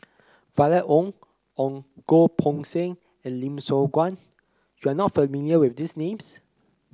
Violet Oon Goh Poh Seng and Lim Siong Guan You are not familiar with these names